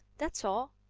that's all.